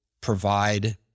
provide